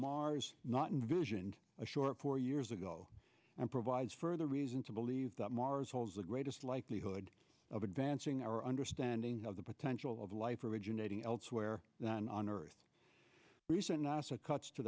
mars not envisioned a short four years ago and provides further reason to believe that mars holds the greatest likelihood of advancing our understanding of the potential of life originating elsewhere than on earth recent nasa cuts to